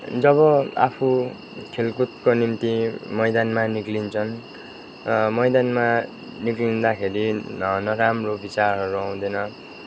जब आफू खेलकुदको निम्ति मैदानमा निक्लिन्छन् र मैदानमा निक्लिँखेरि नराम्रो विचारहरू आउँदैन